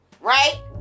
Right